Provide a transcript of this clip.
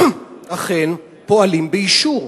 אכן פועלים באישור.